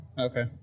Okay